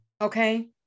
Okay